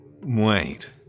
Wait